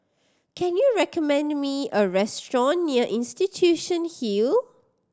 can you recommend me a restaurant near Institution Hill